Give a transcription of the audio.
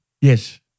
Yes